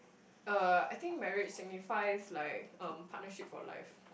uh I think marriage signifies like um partnership for life